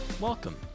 welcome